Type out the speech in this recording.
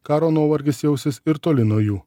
karo nuovargis jausis ir toli nuo jų